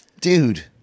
dude